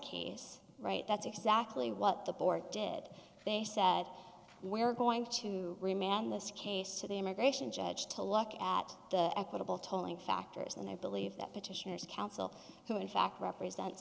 case right that's exactly what the board did they said we are going to remand this case to the immigration judge to look at the equitable tolling factors and i believe that petitioners counsel who in fact represents